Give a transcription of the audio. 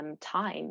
time